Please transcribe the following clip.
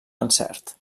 encert